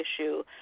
issue